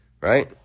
right